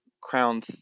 crown